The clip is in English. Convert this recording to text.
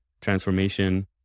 transformation